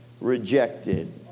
rejected